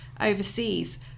overseas